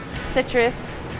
Citrus